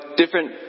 different